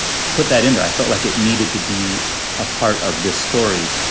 put that in there, i felt like it needed to be a part of this story,